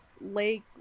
lake